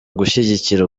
gushyigikira